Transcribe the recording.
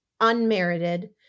unmerited